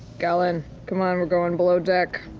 gallan, come on, we're going below deck.